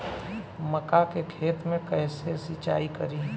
मका के खेत मे कैसे सिचाई करी?